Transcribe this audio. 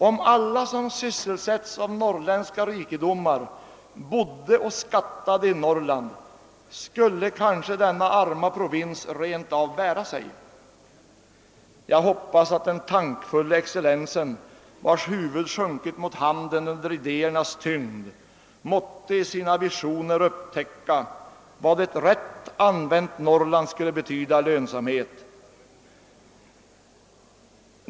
Om alla som sysselsätts av norrländska rikedomar bodde och skattade i Norrland, skulle kanske denna arma provins bära sig. Jag hoppas att den tankfulle excellensen, vars huvud sjunkit mot handen under idéernas tyngd, måtte i sina visioner upptäcka vad ett rätt använt Norrland skulle betyda i lönsamhet.